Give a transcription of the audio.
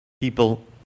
people